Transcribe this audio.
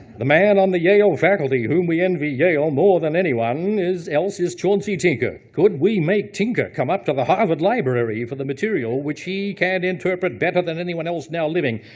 the man on the yale faculty whom we envy, yale more than anyone, is elsie's chauncey tinker. could we make tinker come up to the harvard library for the material which he can interpret better than anyone else now living,